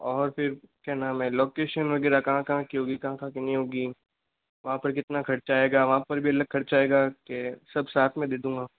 और भी क्या नाम है लोकेसन वगैरह कहाँ कहाँ की होगी कहाँ कहाँ की नहीं होगी वहाँ पर कितना खर्चा आएगा वहाँ पर भी अलग खर्चा लगेगा की सब साथ में दे दूँगा